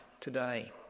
today